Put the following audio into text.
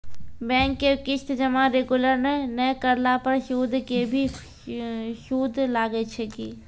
Bank के किस्त जमा रेगुलर नै करला पर सुद के भी सुद लागै छै कि?